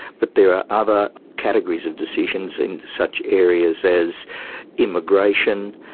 but there are other categories of decisions in such areas as immigration,